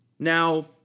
Now